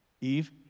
Eve